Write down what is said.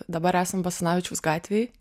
dabar esam basanavičiaus gatvėj